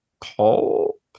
pulp